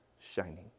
shining